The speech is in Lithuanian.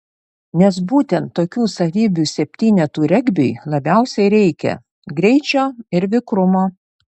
nes būtent tokių savybių septynetų regbiui labiausiai reikia greičio ir vikrumo